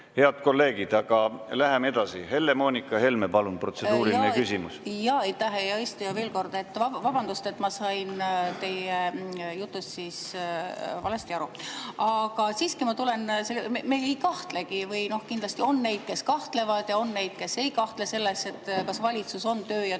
Head kolleegid, aga läheme edasi. Helle-Moonika Helme, palun, protseduuriline küsimus! Aitäh! Hea eesistuja, veel kord vabandust, et ma sain teie jutust valesti aru. Aga siiski ma tulen ... Me ei kahtlegi või noh, kindlasti on neid, kes kahtlevad, ja on neid, kes ei kahtle selles, et valitsus on töö- ja